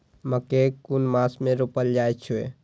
मकेय कुन मास में रोपल जाय छै?